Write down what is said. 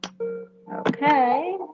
Okay